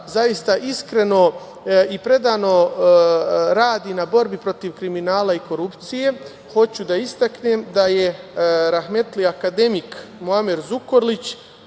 zaista iskreno i predano radi u borbi protiv kriminala i korupcije, hoću da istaknem da je rahmetli akademik Muamer Zukorlić